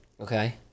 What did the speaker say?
Okay